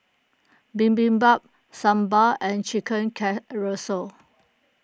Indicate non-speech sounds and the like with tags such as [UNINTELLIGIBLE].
Bibimbap Sambar and Chicken [UNINTELLIGIBLE]